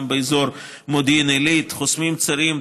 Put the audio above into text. גם באזור מודיעין עילית: חוסמים צירים,